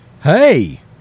hey